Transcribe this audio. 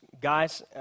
Guys